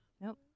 Nope